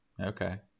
Okay